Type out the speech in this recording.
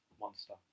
monster